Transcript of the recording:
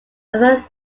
other